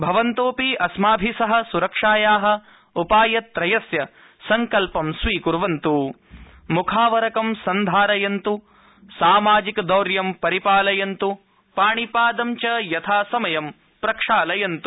भवन्तोऽपि अस्माभि सह स्रक्षाया उपायत्रयस्य संकल्पं स्वीक्वन्त् मुखावरंक सन्धारयन्त् सामाजिकदौर्यं परिपालयन्तु पाणिपादं च यथासमयं प्रक्षालयन्तु